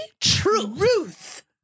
truth